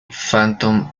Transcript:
phantom